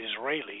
Israeli